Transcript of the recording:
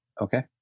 Okay